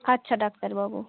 আচ্ছা ডাক্তারবাবু